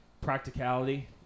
practicality